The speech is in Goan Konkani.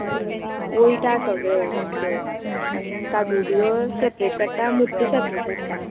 मळटा सगळे आनी काजूचो रस सेपरेट काडटा आनी मुट्टो सेपरेट काडटा